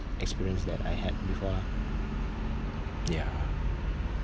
experience that I had before lah ya